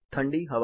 ठंडी हवा